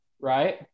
right